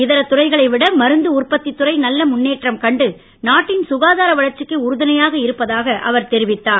இதர துறைகளை விட மருந்து உற்பத்தித் துறை நல்ல முன்னேற்றம் கண்டு நாட்டின் சுகாதார வளர்ச்சிக்கு உறுதுணையாக இருப்பதாக அவர் தெரிவித்தார்